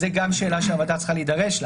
זו גם שאלה שהוועדה צריכה להידרש לה.